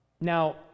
Now